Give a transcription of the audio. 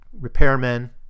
repairmen